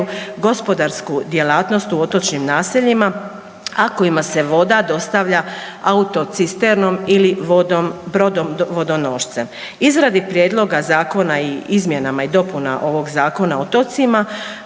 gospodarsku djelatnost u otočnim naseljima, a kojima se voda dostavlja autocisternom ili brodom vodonošcem. Izradi prijedloga zakona i izmjenama i dopuna ovog Zakona o otocima